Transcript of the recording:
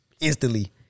Instantly